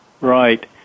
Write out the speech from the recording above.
Right